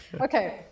Okay